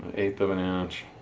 eighth of an inch,